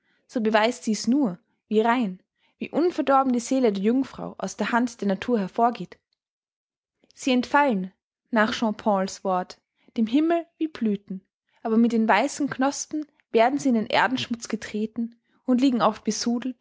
so beweist dies nur wie rein wie unverdorben die seele der jungfrau aus der hand der natur hervorgeht sie entfallen nach jean paul's wort dem himmel wie blüthen aber mit den weißen knospen werden sie in den erdenschmutz getreten und liegen oft